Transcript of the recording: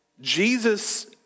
Jesus